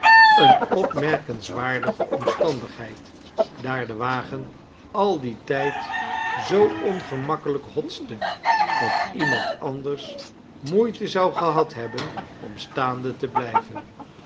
eene opmerkenswaardige omstandigheid daar de wagen al dien tijd zoo ongemakkelijk hotste dat iemand anders moeite zou gehad hebben om staande te blijven